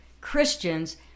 Christians